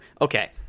Okay